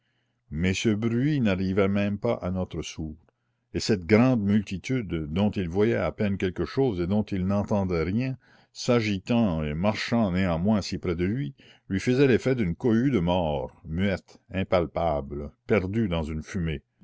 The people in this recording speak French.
mais ce bruit n'arrivait même pas à notre sourd et cette grande multitude dont il voyait à peine quelque chose et dont il n'entendait rien s'agitant et marchant néanmoins si près de lui lui faisait l'effet d'une cohue de morts muette impalpable perdue dans une fumée